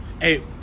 Hey